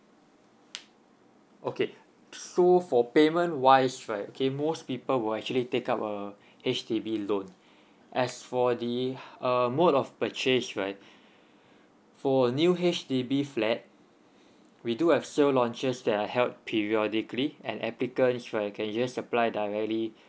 okay so for payment wise right okay most people will actually take up a H_D_B loan as for the err mode of purchase right for new H_D_B flat we do have sale launchers that uh help periodically and applicants right can just apply directly